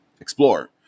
explore